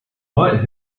might